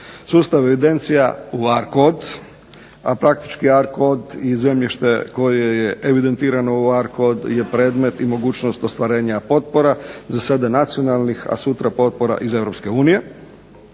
sustav evidencija u Arcod a praktički Arcod i zemljište koje je evidentirano u Arcod je predmet i mogućnost ostvarenja potpora, za sada nacionalnih a sutra potpora iz